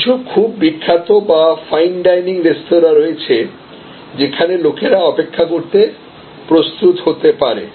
কিছু খুব বিখ্যাত বা ফাইন ডাইনিং রেস্তোরাঁ রয়েছে যেখানে লোকেরা অপেক্ষা করতে প্রস্তুত হতে পারে